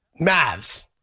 Mavs